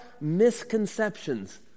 misconceptions